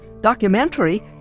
Documentary